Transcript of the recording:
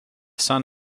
son